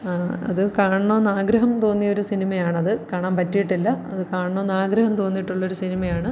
അത് കാണണമെന്നാഗ്രഹം തോന്നിയൊരു സിനിമയാണത് കാണാന് പറ്റിയിട്ടില്ല അത് കാണണമെന്നാഗ്രഹം തോന്നിയിട്ടുള്ളൊരു സിനിമയാണ്